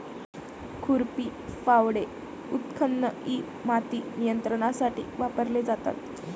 खुरपी, फावडे, उत्खनन इ माती नियंत्रणासाठी वापरले जातात